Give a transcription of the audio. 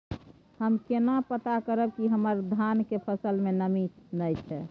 हम केना पता करब की हमर धान के फसल में नमी नय छै?